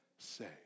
Say